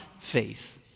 faith